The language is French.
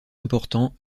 important